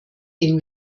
den